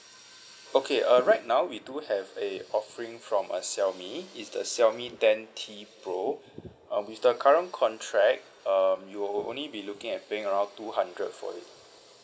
okay uh right now we do have a offering from a xiaomi it's the xiaomi ten T pro uh with the current contract um you'll only be looking at paying around two hundred for it